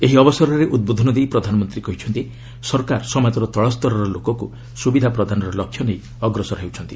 ଏହି ଅବସରରେ ଉଦ୍ବୋଧନ ଦେଇ ପ୍ରଧାନମନ୍ତ୍ରୀ କହିଛନ୍ତି ସରକାର ସମାଜର ତଳସ୍ତରର ଲୋକକ୍ ସ୍ରବିଧା ପ୍ରଦାନର ଲକ୍ଷ୍ୟ ନେଇ ଅଗ୍ରସର ହେଉଛନ୍ତି